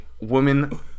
woman